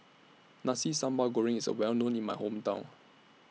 Nasi Sambal Goreng IS Well known in My Hometown